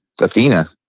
Athena